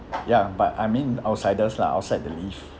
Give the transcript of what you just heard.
ya but I mean outsiders lah outside the lift